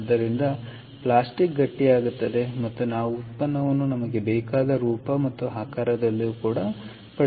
ಆದ್ದರಿಂದ ಪ್ಲಾಸ್ಟಿಕ್ ಗಟ್ಟಿಯಾಗುತ್ತದೆ ಮತ್ತು ನಾವು ಉತ್ಪನ್ನವನ್ನು ನಮಗೆ ಬೇಕಾದ ರೂಪ ಮತ್ತು ಆಕಾರದಲ್ಲಿ ಪಡೆಯುತ್ತೇವೆ